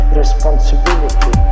responsibility